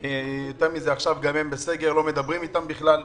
לא מדברים איתם בכלל.